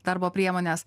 darbo priemones